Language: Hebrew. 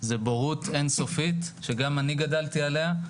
זו בורות אין סופית שגם אני גדלתי עליה.